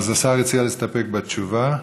השר הציע להסתפק בתשובה,